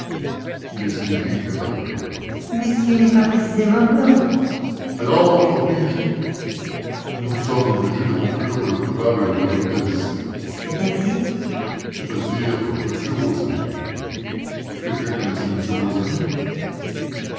miss nelly éclata de rire monsieur n'est pas précisément blond alors repris-je nous sommes obligés de conclure que le coupable est le dernier de la liste c'est-à-dire c'est-à-dire m rozaine quelqu'un connaît-il